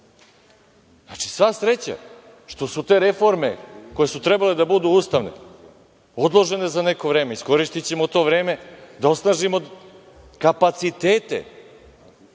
ovako. Znači, sva sreća što su te reforme koje su trebale da budu ustavne, odložene za neko vreme. Iskoristićemo to vreme da osnažimo kapacitete